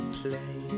play